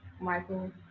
Michael